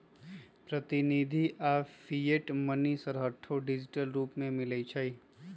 प्रतिनिधि आऽ fiat money हरसठ्ठो डिजिटल रूप में मिलइ छै